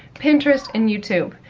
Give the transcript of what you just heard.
pinterest, and youtube.